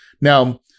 Now